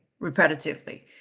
repetitively